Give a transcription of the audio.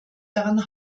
daran